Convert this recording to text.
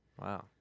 Wow